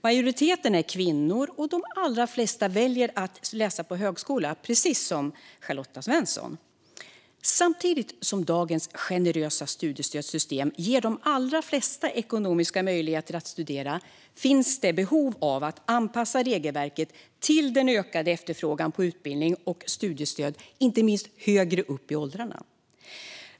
Majoriteten är kvinnor, och de allra flesta väljer att läsa på högskola, precis som Charlotta Svensson. Samtidigt som dagens generösa studiestödssystem ger de allra flesta ekonomiska möjligheter att studera finns det behov av att anpassa regelverket till den ökade efterfrågan på utbildning och studiestöd, inte minst högre upp i åldrarna.